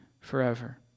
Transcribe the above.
forever